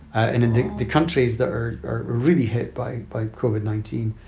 and in the countries that are are really hit by bye covid nineteen,